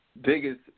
biggest